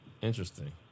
Interesting